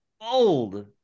bold